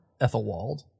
Ethelwald